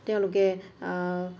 তেওঁলোকে